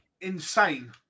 insane